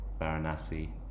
Varanasi